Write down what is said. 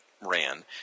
ran